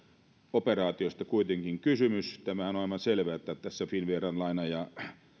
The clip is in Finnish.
operaatiosta kuitenkin kysymys tämähän on aivan selvä että tässä finnveran laina ja